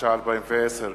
התש"ע 2010,